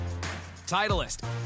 Titleist